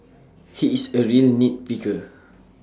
he is A real nit picker